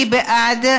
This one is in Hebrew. מי בעד?